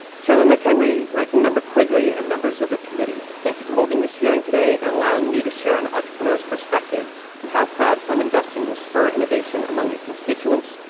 chairman mchenry, ranking member quigley, and members of the committee, thank you for holding this hearing today and allowing me to share an entrepreneur's perspective on and how crowdfunding investing will spur innovation among your constituents,